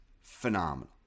phenomenal